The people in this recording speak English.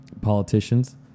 politicians